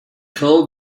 quelled